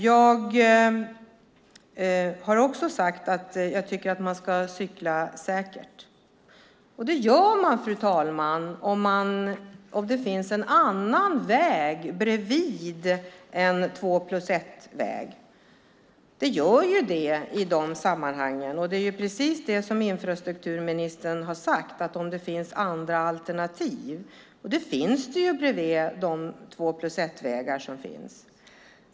Jag har också sagt att jag tycker att man ska cykla säkert, och det gör man, fru talman, om det finns en annan väg bredvid en två-plus-ett-väg. Även infrastrukturministern har talat om andra alternativ, vilket det alltså finns bredvid två-plus-ett-vägarna.